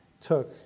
took